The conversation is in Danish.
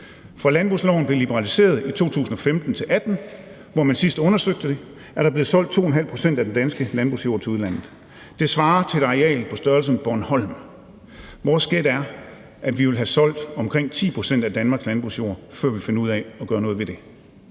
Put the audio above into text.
Fra landbrugsloven blev liberaliseret i 2015 til 2018, hvor man sidst undersøgte det, er der blevet solgt 2,5 pct. af den danske landbrugsjord til udlandet. Det svarer til et areal på størrelse med Bornholm. Vores gæt er, at man vil have solgt omkring 10 pct. af Danmarks landbrugsjord, før man finder ud af at gøre noget ved det.